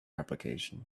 application